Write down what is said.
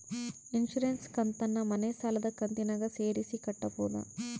Insurance ಕಂತನ್ನ ಮನೆ ಸಾಲದ ಕಂತಿನಾಗ ಸೇರಿಸಿ ಕಟ್ಟಬೋದ?